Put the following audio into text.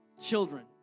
children